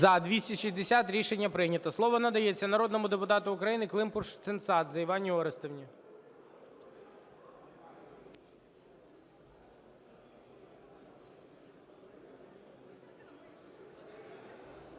За-260 Рішення прийнято. Слово надається народному депутату України Климпуш-Цинцадзе Іванні Орестівні.